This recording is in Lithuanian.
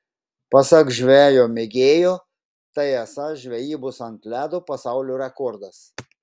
pasak žvejo mėgėjo tai esąs žvejybos ant ledo pasaulio rekordas